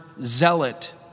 zealot